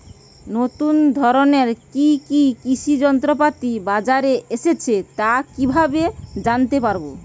নতুন ধরনের কি কি কৃষি যন্ত্রপাতি বাজারে এসেছে তা কিভাবে জানতেপারব?